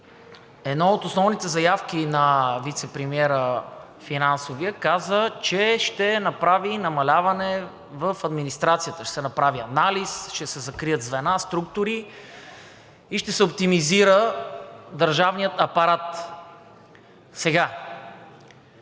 една от основните заявки на финансовия вицепремиер, който каза, че ще направи намаляване в администрацията, ще се направи анализ, ще се закрият звена, структури и ще се оптимизира държавният апарат.